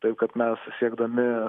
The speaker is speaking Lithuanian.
tai kad mes siekdami